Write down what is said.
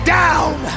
down